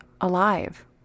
alive